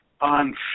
on